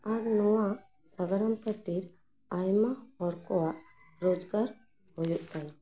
ᱟᱨ ᱱᱚᱣᱟ ᱥᱟᱜᱟᱲᱚᱢ ᱠᱷᱟᱹᱛᱤᱨ ᱟᱭᱢᱟ ᱦᱚᱲ ᱠᱚᱣᱟᱜ ᱨᱳᱡᱽᱜᱟᱨ ᱦᱩᱭᱩᱜ ᱠᱟᱱᱟ